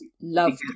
loved